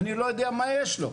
אני לא יודע מה יש לו.